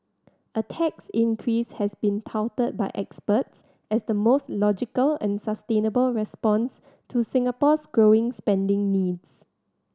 a tax increase has been touted by experts as the most logical and sustainable response to Singapore's growing spending needs